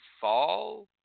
fall